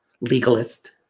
legalist